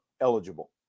eligible